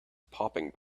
popping